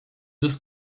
dos